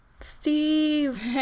Steve